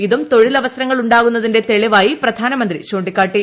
ഇതും തൊഴിലവസരങ്ങൾ ഉണ്ടാകുന്നതിന്റെ തെളിവായി പ്രധാനമന്ത്രി ചൂണ്ടിക്കാട്ടി